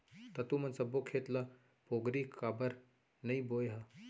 त तुमन सब्बो खेत ल पोगरी काबर नइ बोंए ह?